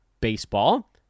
baseball